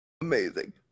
Amazing